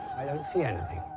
i don't see anything.